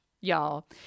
y'all